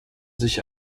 sich